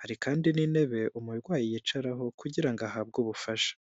hari kandi n'intebe umurwayi yicaraho kugira ngo ahabwe ubufasha.